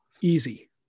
easy